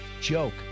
Joke